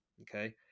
Okay